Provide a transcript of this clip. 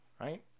Right